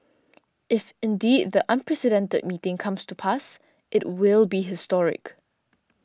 if indeed the unprecedented meeting comes to pass it will be historic